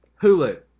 Hulu